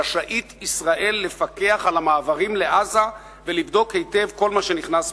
ישראל רשאית לפקח על המעברים לעזה ולבדוק היטב כל מה שנכנס פנימה.